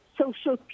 social